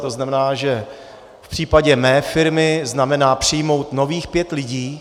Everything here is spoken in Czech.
To znamená, že v případě mé firmy to znamená přijmout nových pět lidí.